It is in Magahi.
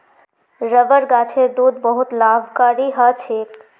रबर गाछेर दूध बहुत लाभकारी ह छेक